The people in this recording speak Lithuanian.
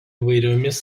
įvairiomis